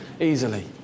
easily